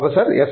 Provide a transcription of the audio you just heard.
professor S